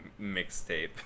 mixtape